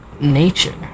nature